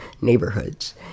neighborhoods